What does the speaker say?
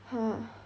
!huh!